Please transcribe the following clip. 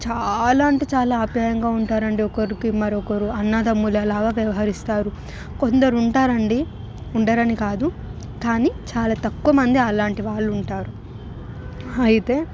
చాలా అంటే చాలా ఆప్యాయంగా ఉంటారండీ ఒకరికి మరొకరు అన్నదమ్ముల లాగా వ్యవహరిస్తారు కొందరు ఉంటారండి ఉండ రని కాదు కాని చాలా తక్కువ మంది అలాంటి వాళ్ళు ఉంటారు అయితే